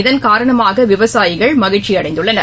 இதன் காரணமாகவிவசாயிகள் மகிழ்ச்சிஅடைந்துள்ளனர்